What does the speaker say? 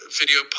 video